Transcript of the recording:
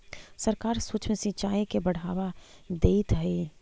सरकार सूक्ष्म सिंचाई के बढ़ावा देइत हइ